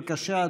בבקשה,